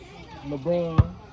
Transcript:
LeBron